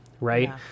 Right